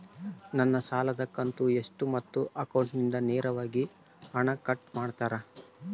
ನನ್ನ ಸಾಲದ ಕಂತು ಎಷ್ಟು ಮತ್ತು ಅಕೌಂಟಿಂದ ನೇರವಾಗಿ ಹಣ ಕಟ್ ಮಾಡ್ತಿರಾ?